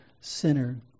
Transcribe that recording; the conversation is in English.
sinner